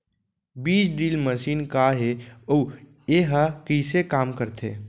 बीज drill machine का हे अऊ एहा कइसे काम करथे?